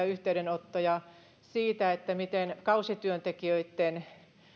yhteydenottoja siitä että kun kausityöntekijöitten